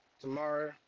tomorrow